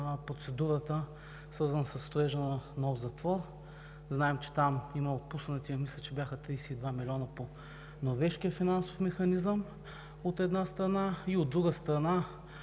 процедурата, свързана със строежа на нов затвор. Знаем, че там има отпуснати, мисля, 32 милиона по Норвежкия финансов механизъм, от една страна, и, от друга страна,